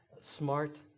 Smart